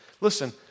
Listen